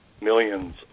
millions